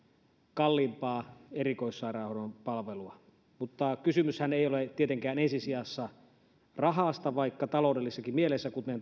kalliimpaa erikoissairaanhoidon palvelua mutta kysymyshän ei ole tietenkään ensi sijassa rahasta vaikka taloudellisessakin mielessä kuten